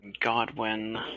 Godwin